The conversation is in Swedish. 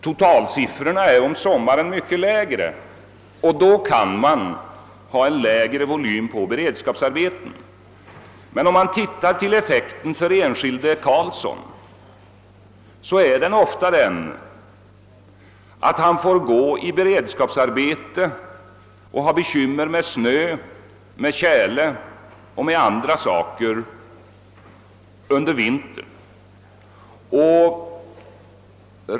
Totalsiffrorna för arbetslösheten är under sommaren mycket lägre och då kan man ha en mindre vo lym på beredskapsarbeten. Men om vi tittar på effekten för den enskilde Karlsson finner vi att han får gå i beredskapsarbete under vintern och då ofta ha bekymmer med snö, tjäle och annat.